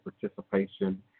participation